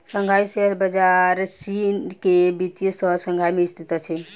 Shanghai share बजार चीन के वित्तीय शहर शंघाई में स्थित अछि